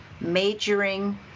majoring